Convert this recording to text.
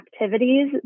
activities